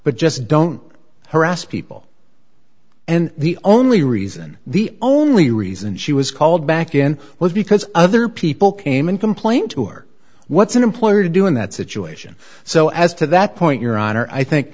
but just don't harass people and the only reason the only reason she was called back in was because other people came and complained to her what's an employer to do in that situation so as to that point your honor i think